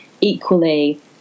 Equally